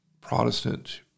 Protestant